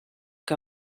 que